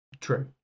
True